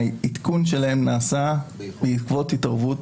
העדכון שלהן נעשה בעקבות התערבות